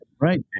Right